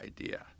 idea